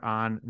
on